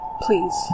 Please